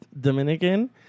Dominican